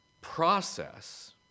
process